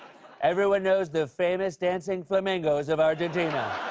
everyone knows the famous dancing flamingos of argentina.